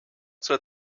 zur